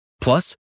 plus